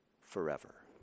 forever